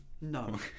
No